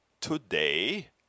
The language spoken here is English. today